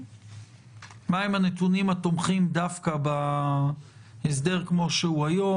מהם הנתונים התומכים דווקא בהסדר כמו שהוא היום?